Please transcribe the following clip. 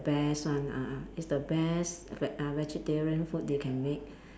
best one ah ah it's the best veg~ uh vegetarian food they can make